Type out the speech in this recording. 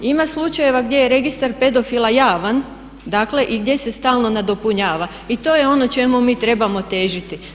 Ima slučajeva gdje je registar pedofila javan dakle i gdje se stalno nadopunjava i to je ono čemu mi trebamo težiti.